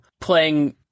playing